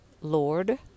Lord